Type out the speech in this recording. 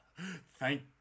Thank